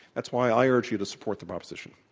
that's why i urge you to support the opposition.